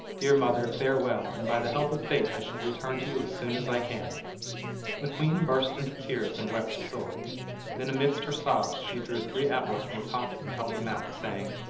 dear mother, farewell, and by the help of fate i shall return to you as soon as i can the queen burst into tears and wept sore then amidst her sobs she drew three apples from her pocket and held them out, saying,